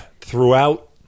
throughout